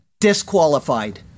disqualified